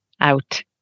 out